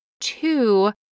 two